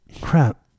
Crap